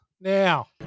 Now